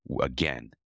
again